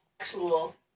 actual